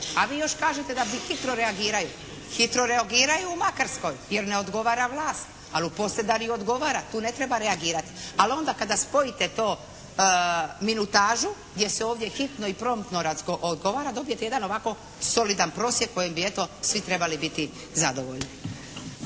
A vi još kažete da hitro reagiraju. Hitro reagiraju u Makarskoj jer ne odgovara vlast. Ali u Posedarju odgovara, tu ne treba reagirati. Ali onda kada spojite to minutažu gdje se ovdje hitno i promptno odgovara dobijete jedan ovako solidan prosjek kojim bi eto svi trebali biti zadovoljni.